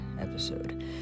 episode